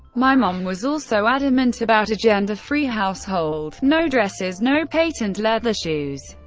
my mom was also adamant about a gender-free household no dresses, no patent leather shoes,